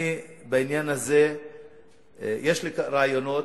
בעניין הזה יש לי רעיונות.